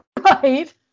Right